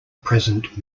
present